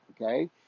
Okay